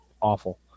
awful